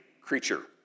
creature